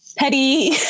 Petty